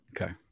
Okay